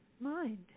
mind